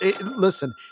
listen